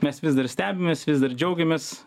mes vis dar stebimės vis dar džiaugiamės